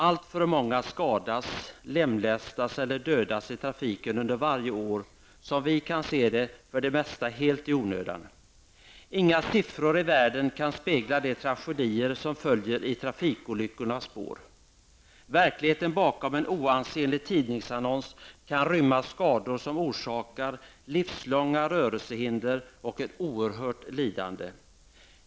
Alltför många skadas, lemlästas eller dödas i trafiken varje år och, som vi kan se det, för det mesta helt i onödan. Inga siffror i världen kan spegla de tragedier som följer i trafikolyckornas spår. Verkligheten bakom en oansenlig tidningsannons kan rymma skador som orsakar livslånga rörelsehinder och ett oerhört lidande.